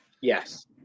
Yes